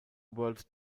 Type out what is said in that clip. world